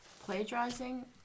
Plagiarizing